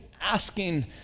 asking